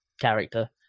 character